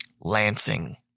Lansing